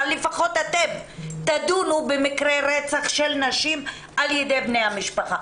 אבל לפחות אתם תדונו במקרי רצח של נשים על ידי בני המשפחה,